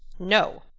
no,